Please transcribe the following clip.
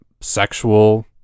sexual